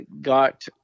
got